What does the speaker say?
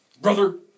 Brother